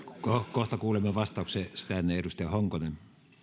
kohta kuulemme vastauksen sitä ennen edustaja honkonen